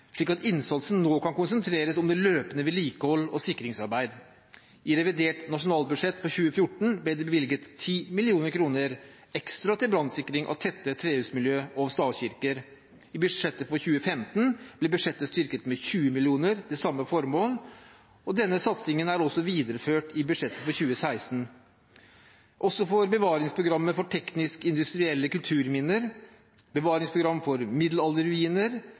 slik at innsatsen nå kan konsentreres om løpende vedlikehold og sikringsarbeid. I revidert nasjonalbudsjett for 2014 ble det bevilget 10 mill. kr ekstra til brannsikring av tette trehusmiljø og stavkirker. I budsjettet for 2015 ble samme formål styrket med 20 mill. kr. Denne satsingen er også videreført i budsjettet for 2016. Også for bevaringsprogrammet for teknisk-industrielle kulturminner, for